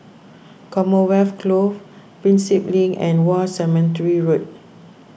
Commonwealth Close Prinsep Link and War Cemetery Road